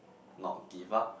not give up